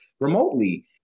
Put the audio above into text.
remotely